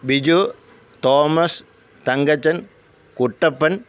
Biju Thomas Thankachan Kuttappan